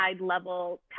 level